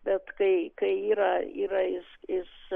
bet kai kai yra yra iš iš